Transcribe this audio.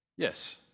Yes